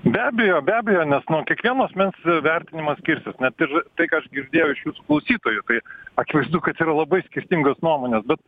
be abejo be abejo nes nu kiekvieno asmens vertinimas skirsis net ir tai ką aš girdėjau iš jūsų klausytojų kai akivaizdu kad yra labai skirtingos nuomonės bet